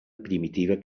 primitiva